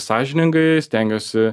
sąžiningai stengiuosi